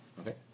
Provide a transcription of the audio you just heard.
Okay